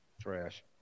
Trash